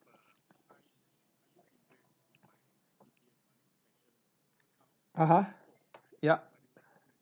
(uh huh) yup